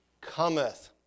cometh